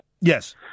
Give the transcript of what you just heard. Yes